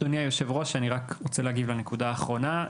אדוני היושב-ראש, אני רוצה להגיב לנקודה האחרונה.